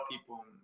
people